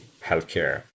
healthcare